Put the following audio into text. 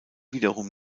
wiederum